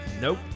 Nope